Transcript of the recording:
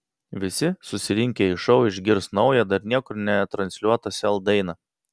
visi susirinkę į šou išgirs naują dar niekur netransliuotą sel dainą